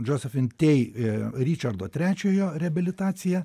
josephine tey i ričardo trečiojo reabilitaciją